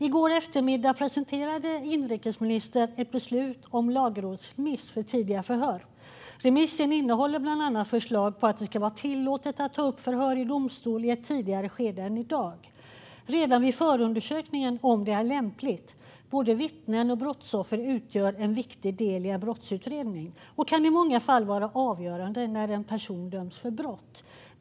I går eftermiddag presenterade inrikesministern ett beslut om en lagrådsremiss om tidiga förhör. Remissen innehåller bland annat förslag på att det ska vara tillåtet att ta upp förhör i domstol i ett tidigare skede än i dag, redan vid förundersökningen om det är lämpligt. Både vittnen och brottsoffer utgör viktiga delar i en brottsutredning, och deras vittnesmål kan i många fall vara avgörande när en person döms för brott.